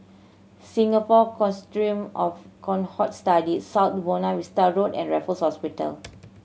Singapore Consortium of Cohort Studies South Buona Vista Road and Raffles Hospital